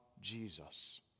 Jesus